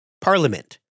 Parliament